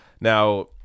Now